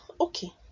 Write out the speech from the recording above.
Okay